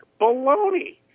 Baloney